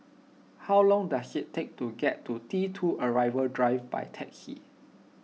how long does it take to get to T two Arrival Drive by taxi